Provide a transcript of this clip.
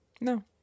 No